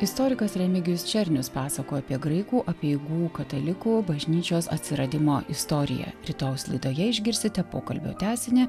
istorikas remigijus černius pasakoja apie graikų apeigų katalikų bažnyčios atsiradimo istoriją rytojaus laidoje išgirsite pokalbio tęsinį